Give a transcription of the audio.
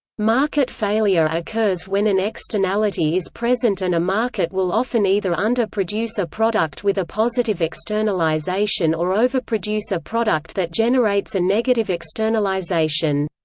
market failure occurs when an externality is present and a market will often either under-produce a product with a positive externalisation or overproduce a product that generates generates a negative externalisation.